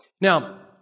Now